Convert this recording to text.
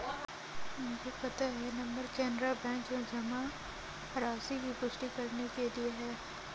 मुझे पता है यह नंबर कैनरा बैंक में जमा राशि की पुष्टि करने के लिए है